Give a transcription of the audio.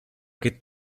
que